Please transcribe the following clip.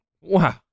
wow